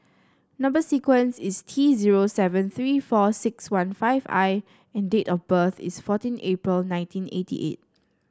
number sequence is T zero seven three four six one five I and date of birth is fourteen April nineteen eighty eight